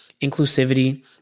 inclusivity